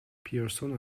پیرسون